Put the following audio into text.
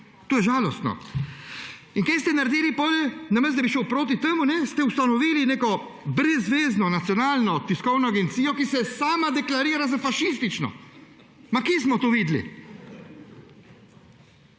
To je žalostno. In kaj ste naredili potem? Namesto da bi šli proti temu, ste ustanovili neko brezzvezno Nacionalno tiskovno agencijo, ki se sama deklarira za fašistično. Kje smo to videli?